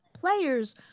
players